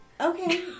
Okay